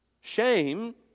Shame